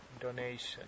donation